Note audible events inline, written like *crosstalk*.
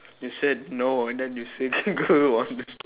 you said no and then you said *laughs* go on